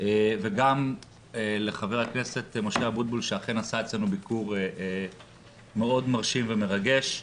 וגם לח"כ משה אבוטבול שאכן עשה אצלנו ביקור מאוד מרשים ומרגש.